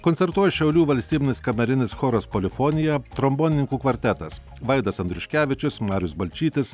koncertuoja šiaulių valstybinis kamerinis choras polifonija trombonininkų kvartetas vaidas andriuškevičius marius balčytis